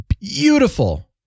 beautiful